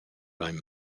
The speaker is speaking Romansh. vain